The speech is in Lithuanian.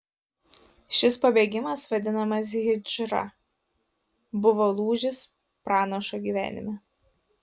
šis pabėgimas vadinamas hidžra buvo lūžis pranašo gyvenime